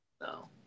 No